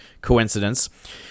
coincidence